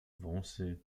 wąsy